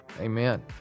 Amen